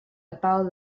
about